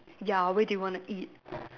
ya where do you want to eat